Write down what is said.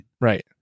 Right